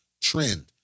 trend